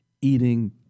eating